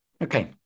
Okay